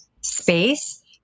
space